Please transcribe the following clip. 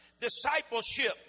discipleship